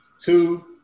Two